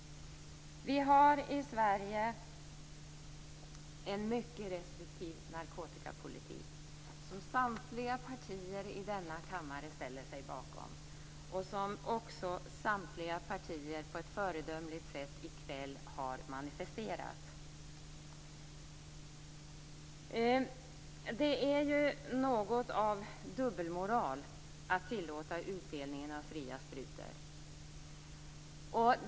Vi i Sverige har en mycket restriktiv narkotikapolitik som samtliga partier i denna kammare ställer sig bakom och som också samtliga partier på ett föredömligt sätt i kväll manifesterat. Det är något av dubbelmoral att tillåta utdelningen av fria sprutor.